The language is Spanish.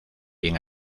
bien